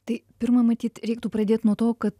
tai pirma matyt reiktų pradėt nuo to kad